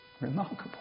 Remarkable